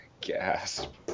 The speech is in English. Gasp